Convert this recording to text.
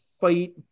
fight